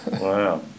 Wow